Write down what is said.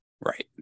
Right